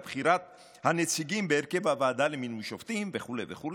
בחירת הנציגים בהרכב הוועדה למינוי שופטים וכו' וכו'.